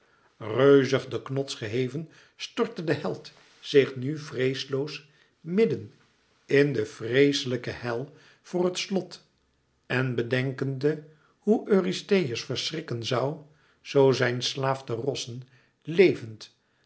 reuzig den knots geheven stortte de held zich nu vreesloos midden in de vreeslijke hel voor het slot en bedenkend hoe eurystheus verschrikken zoû zoo zijn slaaf de rossen levend